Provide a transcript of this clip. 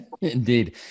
Indeed